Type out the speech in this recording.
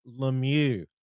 Lemieux